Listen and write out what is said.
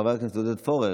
חבר הכנסת עודד פורר,